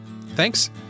Thanks